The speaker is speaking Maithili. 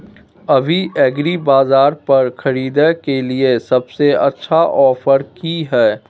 अभी एग्रीबाजार पर खरीदय के लिये सबसे अच्छा ऑफर की हय?